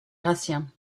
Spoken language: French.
gratien